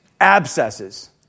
abscesses